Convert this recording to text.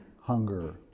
Hunger